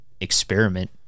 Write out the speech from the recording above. experiment